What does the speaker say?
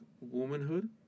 womanhood